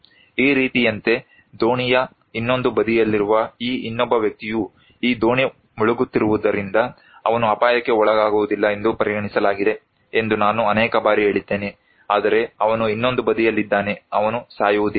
ಈ ರೀತಿಯಂತೆ ದೋಣಿಯ ಇನ್ನೊಂದು ಬದಿಯಲ್ಲಿರುವ ಈ ಇನ್ನೊಬ್ಬ ವ್ಯಕ್ತಿಯು ಈ ದೋಣಿ ಮುಳುಗುತ್ತಿರುವುದರಿಂದ ಅವನು ಅಪಾಯಕ್ಕೆ ಒಳಗಾಗುವುದಿಲ್ಲ ಎಂದು ಪರಿಗಣಿಸಲಾಗಿದೆ ಎಂದು ನಾನು ಅನೇಕ ಬಾರಿ ಹೇಳಿದ್ದೇನೆ ಆದರೆ ಅವನು ಇನ್ನೊಂದು ಬದಿಯಲ್ಲಿದ್ದಾನೆ ಅವನು ಸಾಯುವುದಿಲ್ಲ